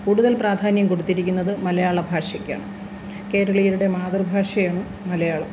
കൂടുതൽ പ്രാധാന്യം കൊടുത്തിരിക്കുന്നത് മലയാള ഭാഷയ്ക്കാണ് കേരളീയരുടെ മാതൃഭാഷയാണ് മലയാളം